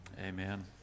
Amen